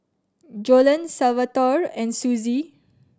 Joellen Salvatore and Suzie